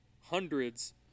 hundreds